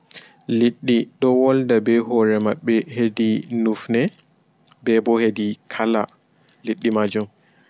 Liɗɗi ɗo wolda bee hoore maɓɓe hedi nufne bee bo hedi kala liɗɗi majum.